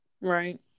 Right